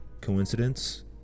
Coincidence